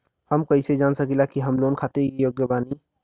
हम कईसे जान सकिला कि हम लोन खातिर योग्य बानी?